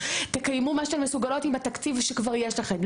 תקיימו מה שאתן מסוגלות עם התקציב שכבר יש לכן.